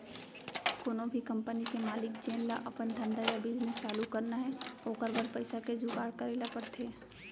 कोनो भी कंपनी के मालिक जेन ल अपन धंधा या बिजनेस चालू करना हे ओकर बर पइसा के जुगाड़ करे ल परथे